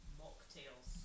mocktails